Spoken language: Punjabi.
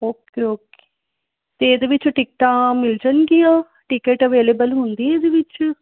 ਓਕੇ ਓਕੇ ਅਤੇ ਇਹਦੇ ਵਿੱਚੋਂ ਟਿਕਟਾਂ ਮਿਲ ਜਾਣਗੀਆਂ ਟਿਕਟ ਅਵੇਲੇਬਲ ਹੁੰਦੀ ਹੈ ਇਹਦੇ ਵਿੱਚ